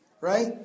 right